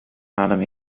adem